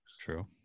true